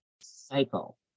cycle